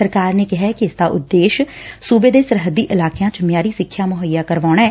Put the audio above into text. ਸਰਕਾਰ ਨੇ ਕਿਹੈ ਕਿ ਇਸ ਦਾ ਉਦੇਸ਼ ਸੁਬੇ ਦੇ ਸਰਹੱਦੀ ਇਲਾਕਿਆਂ ਚ ਮਿਆਰੀ ਸਿੱਖਿਆ ਮੁਹੱਈਆ ਕਰਾਉਣਾ ਐ